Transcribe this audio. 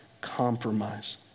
compromise